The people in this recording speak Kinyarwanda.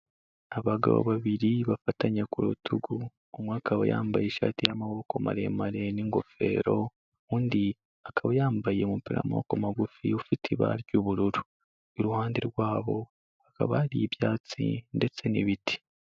Abagabo babiri bafatanye ku rutugu, umwe akaba yambaye ishati y'amaboko maremare n'ingofero, undi akaba yambaye umupira w'amaboko magufi ufite ibara ry'ubururu, iruhande rwabo hakaba hari ibyatsi ndetse n'ibiti.